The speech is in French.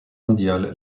mondiale